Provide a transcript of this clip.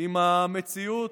עם המציאות,